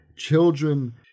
Children